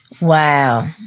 Wow